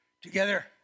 together